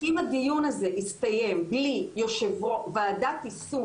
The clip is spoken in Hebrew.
אם הדיון הזה יסתיים בלי ועדת יישום